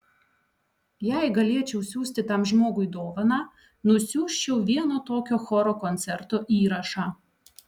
jei galėčiau siųsti tam žmogui dovaną nusiųsčiau vieno tokio choro koncerto įrašą